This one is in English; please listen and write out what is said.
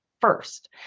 first